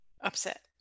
upset